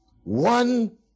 One